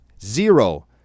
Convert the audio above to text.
Zero